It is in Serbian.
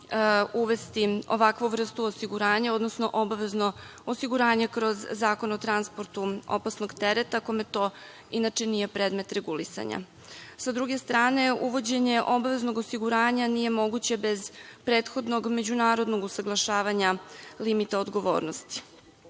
uvesti ovakvu vrstu osiguranja, odnosno obavezno osiguranje kroz Zakon o transportu opasnog tereta kome to inče nije predmet regulisanja. Sa druge strane uvođenje obaveznog osiguranja nije moguće bez prethodnog međunarodnog usaglašavanja limita odgovornosti.